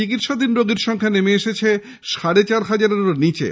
চিকিৎসাধীন রোগীর সংখ্যা নেমে এসেছে সাড়ে চার হাজারের নীচে